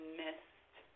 missed